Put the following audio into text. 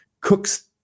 cooks